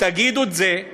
תגידו את זה,